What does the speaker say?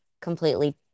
completely